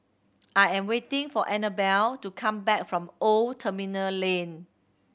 I am waiting for Anabel to come back from Old Terminal Lane